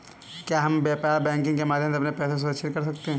क्या हम व्यापार बैंकिंग के माध्यम से अपने पैसे को सुरक्षित कर सकते हैं?